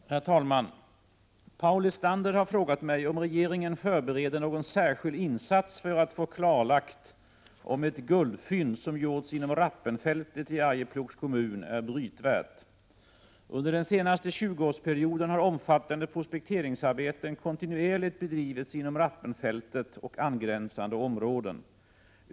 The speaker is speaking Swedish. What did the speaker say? Herr talman! Paul Lestander har frågat mig om regeringen förbereder någon särskild insats för att få klarlagt om ett guldfynd, som gjorts inom Rappenfältet i Arjeplogs kommun, är brytvärt. Under den senaste 20-årsperioden har omfattande prospekteringsarbeten kontinuerligt bedrivits inom Rappenfältet och angränsande områden.